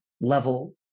level